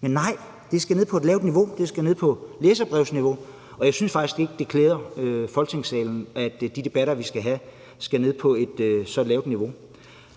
Men nej, det skal ned på et lavt niveau, det skal ned på læserbrevsniveau, og jeg synes faktisk ikke, det klæder Folketingssalen, at de debatter, vi skal have, skal ned på et så lavt niveau.